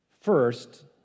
First